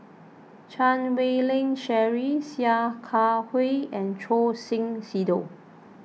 Chan Wei Ling Cheryl Sia Kah Hui and Choor Singh Sidhu